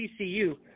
TCU